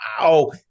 wow